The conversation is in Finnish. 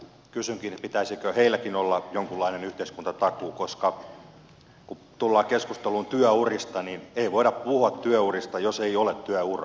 kysynkin pitäisikö heilläkin olla jonkunlainen yhteiskuntatakuu koska kun tullaan keskusteluun työurista niin ei voida puhua työurista jos ei ole työuraa